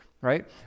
right